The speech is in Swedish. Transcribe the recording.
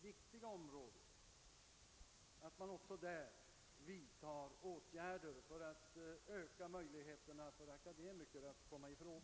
viktiga område som jag här berört vidtar åtgärder för att öka möjligheterna för akademiker att där komma i fråga.